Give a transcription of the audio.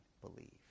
believe